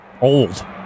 old